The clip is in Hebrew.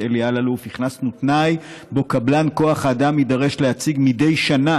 אלאלוף הכנסנו תנאי שלפיו קבלן כוח האדם יידרש להציג מדי שנה